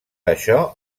això